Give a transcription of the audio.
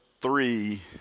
three